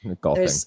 Golfing